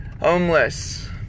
homeless